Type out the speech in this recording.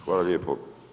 Hvala lijepo.